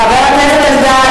חבר הכנסת אלדד.